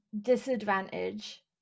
disadvantage